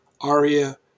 Aria